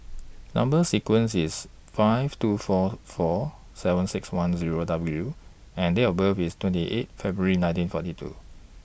Number sequence IS five two four four seven six one Zero W and Date of birth IS twenty eight February nineteen forty two